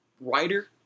writer